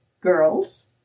Girls